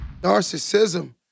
narcissism